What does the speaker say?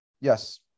Yes